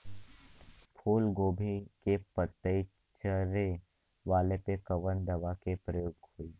फूलगोभी के पतई चारे वाला पे कवन दवा के प्रयोग होई?